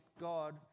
God